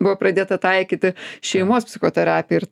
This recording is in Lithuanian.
buvo pradėta taikyti šeimos psichoterapiją ir